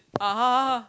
(uh huh)